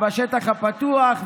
בשטח הפתוח,